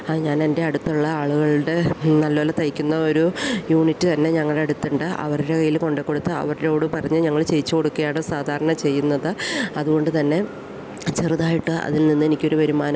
അത് ഞാൻ എൻ്റടുത്തുള്ള ആളുകളുടെ നല്ലപോലെ തയ്ക്കുന്ന ഒരു യൂണിറ്റ് തന്നെ ഞങ്ങളുടെ അടുത്തുണ്ട് അവരുടെ കയ്യിൽ കൊണ്ട് കൊടുത്തു അവരോടു പറഞ്ഞ് ഞങ്ങൾ ചെയ്യിച്ചു കൊടുക്കുക ആണ് സാധാരണ ചെയ്യുന്നത് അതുകൊണ്ടു തന്നെ ചെറുതായിട്ട് അതിൽ നിന്ന് എനിക്ക് ഒരു വരുമാനവും